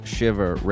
Shiver